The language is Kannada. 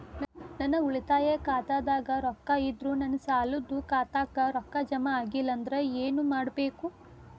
ನನ್ನ ಉಳಿತಾಯ ಖಾತಾದಾಗ ರೊಕ್ಕ ಇದ್ದರೂ ನನ್ನ ಸಾಲದು ಖಾತೆಕ್ಕ ರೊಕ್ಕ ಜಮ ಆಗ್ಲಿಲ್ಲ ಅಂದ್ರ ಏನು ಮಾಡಬೇಕು?